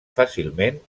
fàcilment